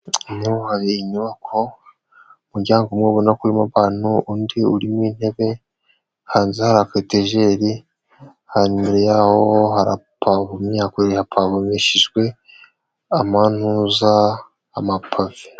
Nk'ubu hari inyubako, umuryango umwe ubonako urimo abantu, undi urimo intebe, hanze hari akaetajeri, hanyuma imbere yaho harapavomye, hakoreshejwe, amantuza, amapave.